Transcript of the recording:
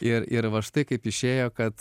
ir ir va štai kaip išėjo kad